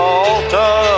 altar